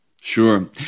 sure